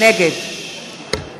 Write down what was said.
נגד